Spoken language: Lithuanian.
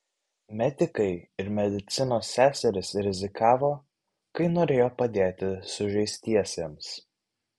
medikai ir medicinos seserys rizikavo kai norėjo padėti sužeistiesiems